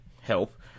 help